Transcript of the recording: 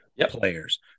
players